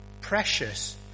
precious